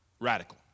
radical